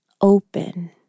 open